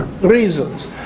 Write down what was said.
reasons